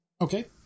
Okay